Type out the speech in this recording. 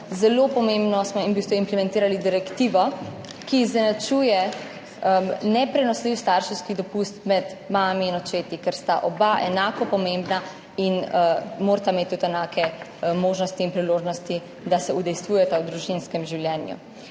v bistvu smo implementirali direktivo, ki izenačuje neprenosljiv starševski dopust med mamo in očetom, ker sta oba enako pomembna in morata imeti tudi enake možnosti in priložnosti, da se udejstvujeta v družinskem življenju.